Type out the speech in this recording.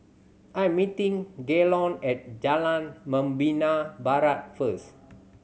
I am meeting Gaylon at Jalan Membina Barat first